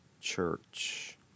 church